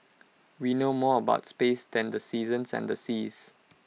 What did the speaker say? we know more about space than the seasons and the seas